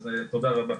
אז תודה רבה.